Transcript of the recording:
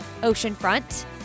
Oceanfront